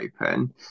open